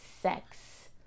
sex